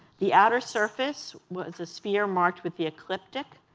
the outer surface was a sphere marked with the ecliptic,